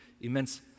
immense